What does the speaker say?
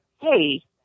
hey –